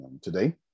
Today